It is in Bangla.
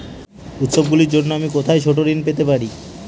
উত্সবগুলির জন্য আমি কোথায় ছোট ঋণ পেতে পারি?